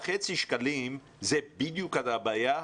ה-1,500,000 ₪ זה בדיוק הבעיה?